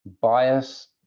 bias